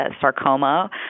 sarcoma